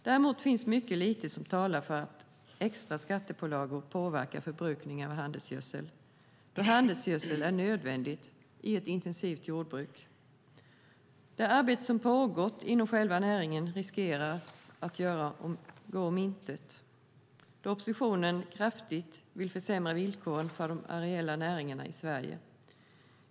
Däremot finns det mycket lite som talar för att extra skattepålagor påverkar förbrukningen av handelsgödsel, då handelsgödsel är nödvändigt i ett intensivt jordbruk. Det arbete som har pågått inom själva näringen riskerar att göras om intet då oppositionen kraftigt vill försämra villkoren för de areella näringarna i Sverige.